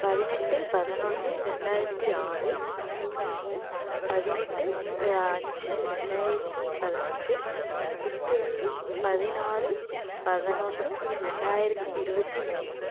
பதினெட்டு பதினொன்னு ரெண்டாயிரத்தி ஆறு ஃபோர்த்து வந்து பதினெட்டு அஞ்சு ரெண்டாயிரத்தி பதினஞ்சி ஃபிஃப்த்து வந்து பதினாறு பதினொன்னு ரெண்டாயிரத்தி இருபத்தி மூணு